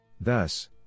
Thus